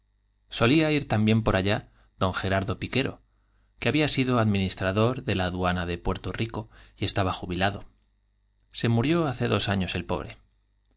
solía ir también por allá d gerardo piquero que había sido administrador de la aduana de puerto rico y estaba jubilado se murió hace dos años el pobre